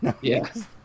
yes